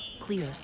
Clear